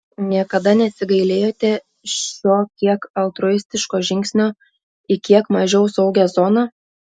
niekada nesigailėjote šio kiek altruistiško žingsnio į kiek mažiau saugią zoną